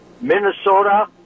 Minnesota